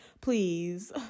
Please